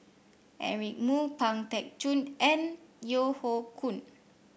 Eric Moo Pang Teck Joon and Yeo Hoe Koon